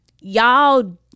y'all